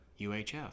UHF